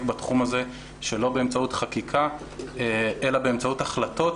בתחום הזה שלא באמצעות חקיקה אלא באמצעות החלטות,